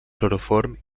cloroform